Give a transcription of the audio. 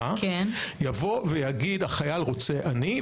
יבוא ויגיד החייל 'רוצה אני'.